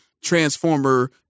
transformer